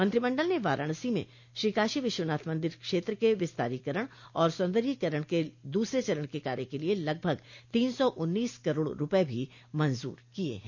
मंत्रिमंडल ने वाराणसी में श्रीकाशी विश्वनाथ मंदिर क्षेत्र के विस्तारीकरण और सौन्दर्यीकरण के दूसरे चरण के कार्य के लिये लगभग तीन सौ उन्नीस करोड़ रूपये भी मंजूर किये हैं